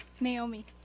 Naomi